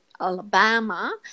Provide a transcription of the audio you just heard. Alabama